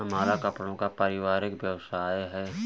हमारा कपड़ों का पारिवारिक व्यवसाय है